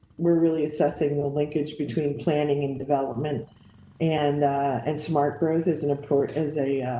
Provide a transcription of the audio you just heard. we're really assessing the linkage between planning and development and and smart growth is an approach as a,